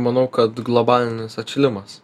manau kad globalinis atšilimas